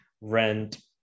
Rent